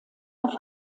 auf